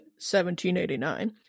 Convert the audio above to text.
1789